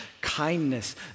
kindness